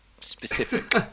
specific